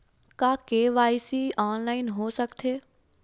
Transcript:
का KYC online हो सकथे?